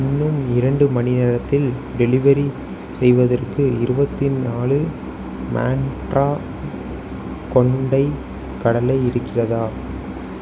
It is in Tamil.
இன்னும் இரண்டு மணி நேரத்தில் டெலிவெரி செய்வதற்கு இருபத்தி நாலு மேண்ட்ரா கொண்டைக் கடலை இருக்கிறதா